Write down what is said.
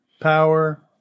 power